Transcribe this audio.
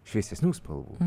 šviesesnių spalvų